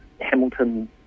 Hamilton